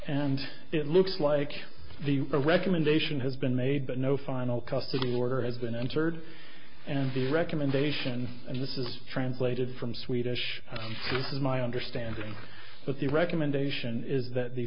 and it looks like the recommendation has been made but no final custody order had been entered and the recommendation and this is translated from swedish this is my understanding but the recommendation is that the